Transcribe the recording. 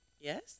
yes